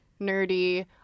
Nerdy